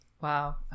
Wow